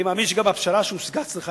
אני מאמין שגם הפשרה שהושגה צריכה